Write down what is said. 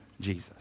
Jesus